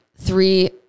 three